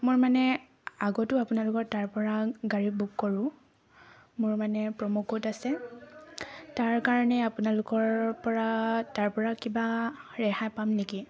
মোৰ মানে আগতেও আপোনালোকৰ তাৰপৰা গাড়ী বুক কৰোঁ মোৰ মানে প্ৰমোকোড আছে তাৰ কাৰণে আপোনালোকৰ তাৰ পৰা তাৰ পৰা কিবা ৰেহাই পাম নেকি